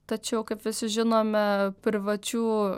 tačiau kaip visi žinome privačių